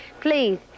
Please